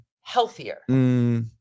healthier